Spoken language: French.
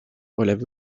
relèvent